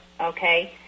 okay